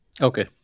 Okay